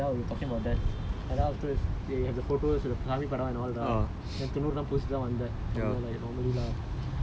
just for fun lah always go and talk to them and all lah so went to their house lah talking about then afterwards they have the photos சாமிபடம்:saamipadam and all that